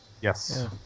Yes